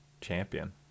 champion